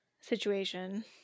situation